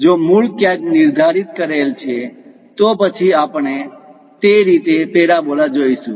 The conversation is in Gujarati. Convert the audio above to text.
જો મૂળ ક્યાંક નિર્ધારિત કરેલ છે તો પછી આપણે તે રીતે પેરાબોલા જોઈશું